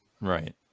right